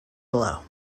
below